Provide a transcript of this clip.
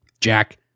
Jack